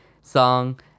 song